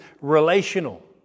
relational